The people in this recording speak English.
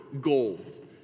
gold